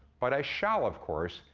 but i shall, of course,